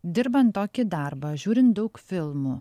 dirbant tokį darbą žiūrint daug filmų